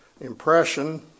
impression